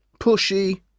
pushy